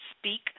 Speak